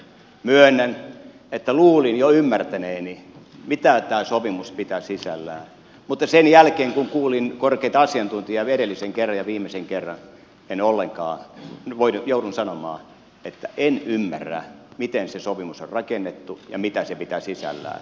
myönnän että luulin jo ymmärtäneeni mitä tämä sopimus pitää sisällään mutta sen jälkeen kun kuulin korkeaa asiantuntijaa edellisen kerran ja viimeisen kerran en ollenkaan joudun sanomaan ymmärrä miten se sopimus on rakennettu ja mitä se pitää sisällään